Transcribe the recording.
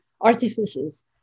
artifices